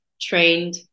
trained